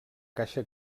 caixa